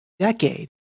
Decade